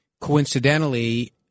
coincidentally